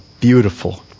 beautiful